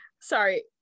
sorry